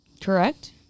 Correct